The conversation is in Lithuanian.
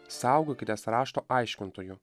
saugokitės rašto aiškintojų